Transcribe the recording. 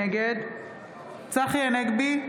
נגד צחי הנגבי,